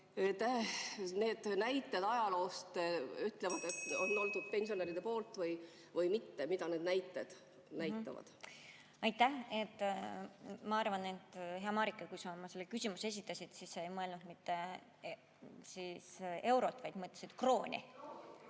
need näited ajaloost ütlevad, et on oldud pensionäride poolt või mitte? Mida need näited näitavad? Aitäh! Ma arvan, hea Marika, et kui sa oma küsimuse esitasid, siis sa ei mõelnud mitte eurot, vaid mõtlesid krooni.